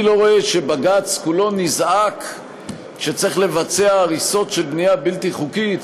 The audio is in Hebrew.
אני לא רואה שבג"ץ כולו נזעק כשצריך לבצע הריסות של בנייה בלתי חוקית